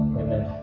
amen